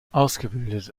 ausgebildet